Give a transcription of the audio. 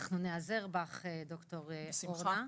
אנחנו ניעזר בך, ד"ר אורנה.